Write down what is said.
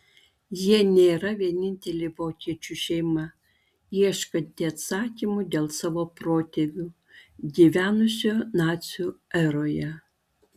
jie nėra vienintelė vokiečių šeima ieškanti atsakymų dėl savo protėvių gyvenusių nacių eroje